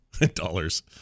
dollars